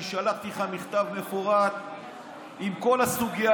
אני שלחתי לך מכתב מפורט עם כל הסוגיה,